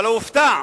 אבל הוא הופתע,